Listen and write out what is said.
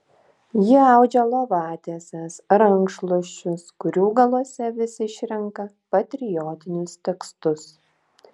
ji audžia lovatieses rankšluosčius kurių galuose vis išrenka patriotinius tekstus